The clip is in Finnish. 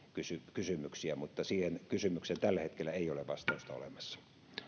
kysymyksiä mutta siihen kysymykseen tällä hetkellä ei ole vastausta olemassa